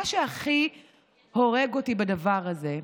מה שהכי הורג אותי בדבר הזה,